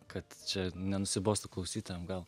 kad čia nenusibostų klausytojam gal